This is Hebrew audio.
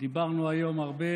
דיברנו היום הרבה